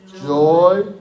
joy